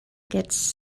gets